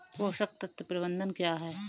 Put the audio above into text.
पोषक तत्व प्रबंधन क्या है?